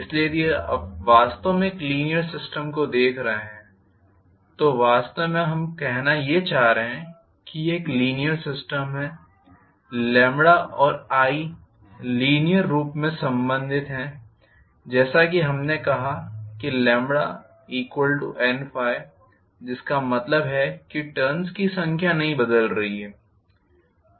इसलिए यदि आप वास्तव में एक लीनीयर सिस्टम देख रहे हैं तो वास्तव में हम कहना ये चाह रहे हैं कि यह एक लीनीयर सिस्टम है λ और i लीनीयर रूप में संबंधित हैं जैसाकि हमने कहा कि λ N∅ जिसका मतलब है कि टर्न्स की संख्या नहीं बदल रही है